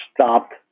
stopped